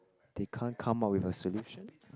they can't come out with a solution